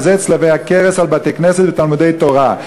צלבי הקרס על בתי-כנסת ותלמודי-תורה.